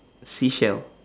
seashell